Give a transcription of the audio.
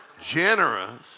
generous